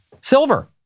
silver